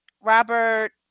robert